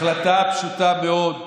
החלטה פשוטה מאוד: